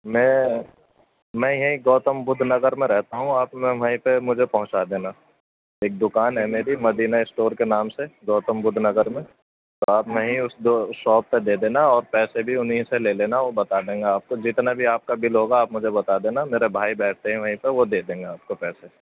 میں میں یہیں گوتم بدھ نگر میں رہتا ہوں آپ وہیں پہ مجھے پہنچا دینا ایک دوکان ہے میری مدینہ اسٹور کے نام سے گوتم بدھ نگر میں تو آپ میں ہی اس شاپ پہ دے دینا اور پیسے بھی انہیں سے لے لینا وہ بتا دیں گے آپ کو جتنا بھی آپ کا بل ہوگا آپ مجھے بتا دینا میرے بھائی بیٹھتے ہیں وہیں پہ وہ دے دیں گے آپ کو پیسے